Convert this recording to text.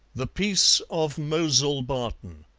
the peace of mowsle barton